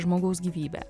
žmogaus gyvybę